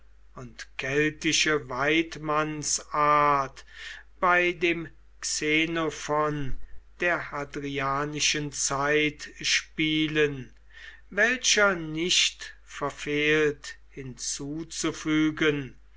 und keltische waidmannsart bei dem xenophon der hadrianischen zeit spielen welcher nicht verfehlt hinzuzufügen